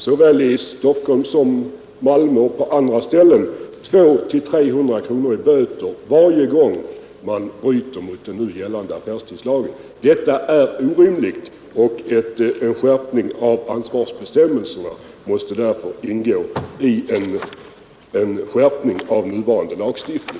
Såväl i Stockholm som i Malmö och på andra ställen kan man få 200-300 kronor i böter varje gång man bryter mot den nu gällande affärstidslagen. Detta är orimligt, och en skärpning av ansvarsbestämmelserna måste därför ingå i en skärpning av nuvarande lagstiftning.